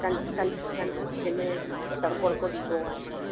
कंछ कंछ कंछ जे में तड़को वड़को ॾीबो आहे